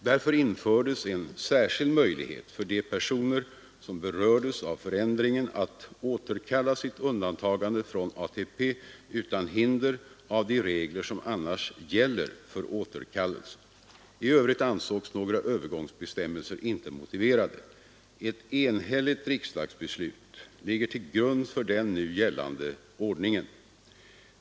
Därför infördes en särskild möjlighet för de personer som berördes av förändringen att återkalla sitt undantagande från ATP utan hinder av de regler som annars gäller för återkallelse. I övrigt ansågs några övergångsbestämmelser inte motiverade. Ett enhälligt riksdagsbeslut ligger till grund för den nu gällande ordningen.